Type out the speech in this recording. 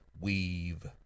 weave